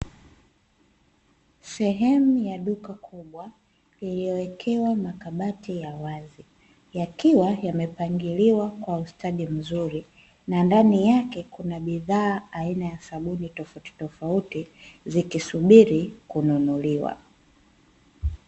Sehemu ya duka kubwa lililowekewa makabati ya wazi yakiwa yamepangiliwa kwa ustadi mzuri, na ndani yake kuna bidhaa aina ya sabuni tofautitofauti zikisubiri kununuliwa.